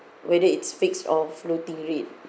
whether it's fixed or floating rate